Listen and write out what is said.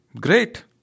Great